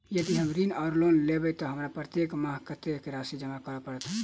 यदि हम ऋण वा लोन लेबै तऽ हमरा प्रत्येक मास कत्तेक राशि जमा करऽ पड़त?